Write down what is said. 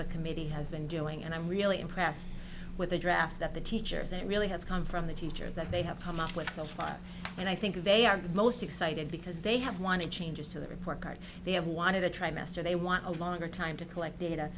the committee has been doing and i'm really impressed with the draft that the teachers it really has come from the teachers that they have come up with so far and i think they are most excited because they have wanted changes to the report card they have wanted to try master they were a longer time to collect data